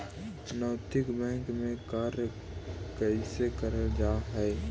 नैतिक बैंक में कार्य कैसे करल जा हई